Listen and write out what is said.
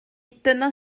dyna